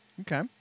Okay